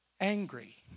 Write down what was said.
angry